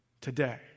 today